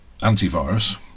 antivirus